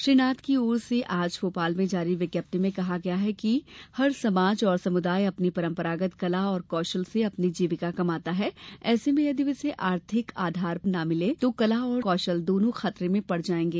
श्री नाथ की ओर से आज भोपाल में जारी विज्ञप्ति में कहा है कि हर समाज और समुदाय अपनी परम्परागत कला और कौशल से अपनी जीविका कमाता है ऐसे में यदि उसे आर्थिक आधार न मिले तो कला और कौशल दोनों खतरे में पड़ जायेंगे